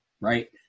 Right